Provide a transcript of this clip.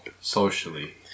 Socially